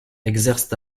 exercent